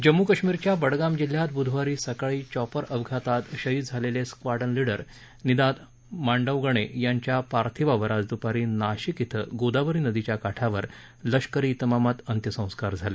जम्मू काश्मीरच्या बडगाम जिल्ह्यात ब्रुधवारी सकाळी चॉपर अपघातात शहीद झालेले स्क्वाडून लीडर निनाद मांडवगणे यांच्या पार्थिवावर आज दुपारी नाशिक इथं गोदावरी नदीच्या काठावर लष्करी इतमामात अंत्यसंस्कार झाले